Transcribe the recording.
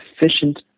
efficient